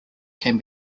can